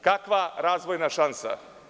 Kakva razvojna šansa?